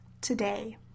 today